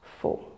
four